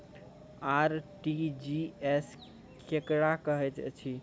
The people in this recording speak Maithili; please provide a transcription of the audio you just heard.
आर.टी.जी.एस केकरा कहैत अछि?